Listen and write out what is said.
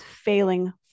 failing